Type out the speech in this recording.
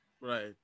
right